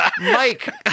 Mike